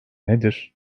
nedir